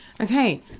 okay